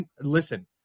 Listen